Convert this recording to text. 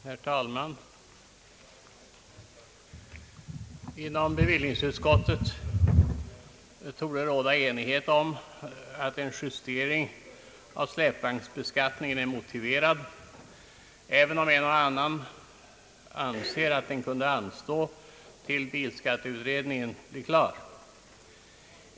Herr talman! Inom bevillningsutskottet torde det råda enighet om att en justering av släpvagnsbeskattningen är motiverad, även om en och annan anser att den kunde anstå tills bilskatteutredningen är klar.